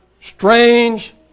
strange